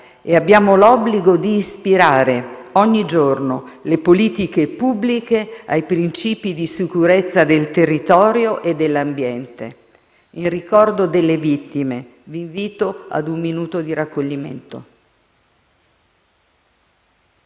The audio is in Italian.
e abbiamo l'obbligo di ispirare ogni giorno le politiche pubbliche ai princìpi di sicurezza del territorio e dell'ambiente. In ricordo delle vittime, vi invito ad un minuto di raccoglimento.